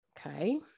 okay